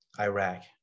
Iraq